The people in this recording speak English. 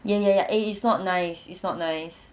ya ya ya eh it's not nice it's not nice